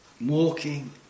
walking